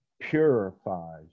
purifies